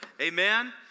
amen